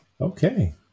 okay